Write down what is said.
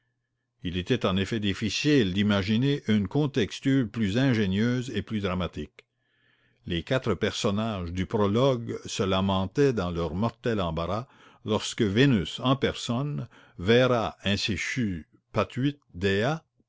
il était en effet difficile d'imaginer une contexture plus ingénieuse et plus dramatique les quatre personnages du prologue se lamentaient dans leur mortel embarras lorsque vénus en personne vera incessu patuit